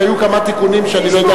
רק היו כמה תיקונים שאני לא יודע,